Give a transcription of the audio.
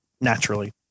naturally